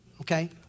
okay